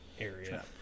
area